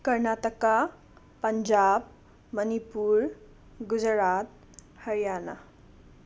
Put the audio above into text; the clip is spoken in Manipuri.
ꯀꯔꯅꯥꯇꯀꯥ ꯄꯟꯖꯥꯞ ꯃꯅꯤꯄꯨꯔ ꯒꯨꯖꯔꯥꯠ ꯍꯔꯌꯥꯅꯥ